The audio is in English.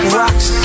rocks